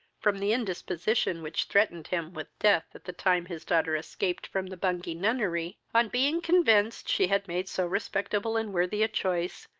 from the indisposition which threatened him with death at the time his daughter escaped from the bungay nunnery, on being convinced she had made so respectable and worthy a choice,